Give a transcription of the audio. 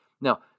now